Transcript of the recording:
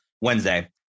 Wednesday